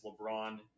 LeBron